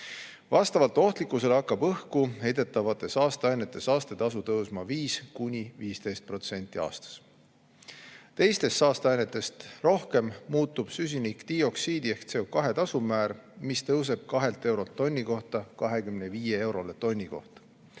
Vastavalt ohtlikkusele hakkab õhku heidetavate saasteainete saastetasu tõusma 5–15% aastas. Teistest saasteainetest rohkem muutub süsinikdioksiidi ehk CO2tasu määr, mis tõuseb 2 eurolt tonni kohta 25 eurole tonni kohta.